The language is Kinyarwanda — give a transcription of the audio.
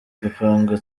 gupanga